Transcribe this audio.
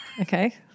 Okay